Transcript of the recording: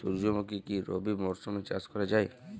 সুর্যমুখী কি রবি মরশুমে চাষ করা যায়?